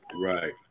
Right